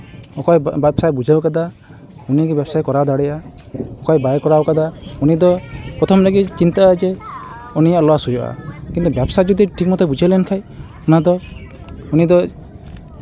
ᱚᱠᱚᱭ ᱵᱮᱵᱽᱥᱟᱭ ᱵᱩᱡᱷᱟᱹᱣ ᱠᱟᱫᱟ ᱩᱱᱤᱜᱮ ᱵᱮᱵᱽᱥᱟᱭ ᱠᱚᱨᱟᱣ ᱫᱟᱲᱮᱭᱟᱜᱼᱟ ᱚᱠᱚᱭ ᱵᱟᱭ ᱠᱚᱨᱟᱣ ᱠᱟᱫᱟ ᱩᱱᱤᱫᱚ ᱯᱨᱚᱛᱷᱚᱢ ᱞᱟᱹᱜᱤᱫ ᱪᱤᱱᱛᱟᱹᱜᱼᱟ ᱡᱮ ᱩᱱᱤᱭᱟᱜ ᱞᱚᱥ ᱦᱩᱭᱩᱜᱼᱟ ᱠᱤᱱᱛᱩ ᱵᱮᱵᱽᱥᱟ ᱡᱚᱫᱤ ᱴᱷᱤᱠ ᱢᱚᱛᱚ ᱵᱩᱡᱷᱟᱹᱣ ᱞᱮᱱᱠᱷᱟᱡ ᱚᱱᱟᱫᱚ ᱩᱱᱤᱫᱚ